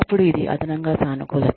అప్పుడు ఇది అదనంగా సానుకూలత